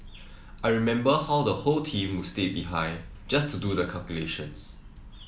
I remember how the whole team would stay behind just to do the calculations